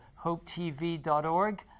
hopetv.org